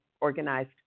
organized